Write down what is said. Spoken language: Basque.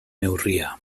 neurria